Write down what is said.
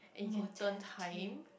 mortality